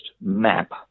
map